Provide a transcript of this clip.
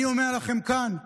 אני אומר לכם כאן: